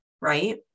right